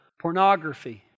pornography